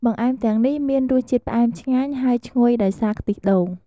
បង្អែមទាំងនេះមានរសជាតិផ្អែមឆ្ងាញ់ ហើយឈ្ងុយដោយសារខ្ទិះដូង។